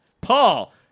Paul